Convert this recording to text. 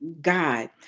God